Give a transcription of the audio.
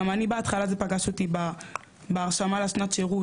גם אני בהתחלה זה פגש אותי בהרשמה לשנת שירות,